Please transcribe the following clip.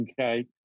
okay